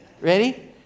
Ready